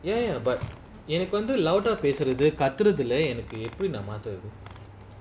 ya ya but in a condo louder பேசுறதுகத்துறதுலாம்நான்வந்துஎப்படிமாத்துறது:pesurathu kathurathulam nan vandhu epdi mathurathu